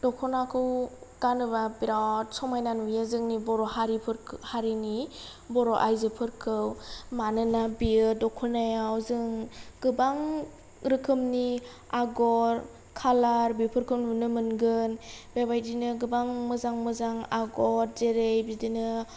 दख'नाखौ गानोब्ला बिराद समायना नुयो जोंनि बर' हारिनि बर' आयजोफोरखौ मानोना बे दख'नायाव जों गोबां रोखोमनि आगर कालार बेफोरखौ नुनो मोनगोन बेबायदिनो गोबां मोजां मोजां आगर जेरै बिदिनो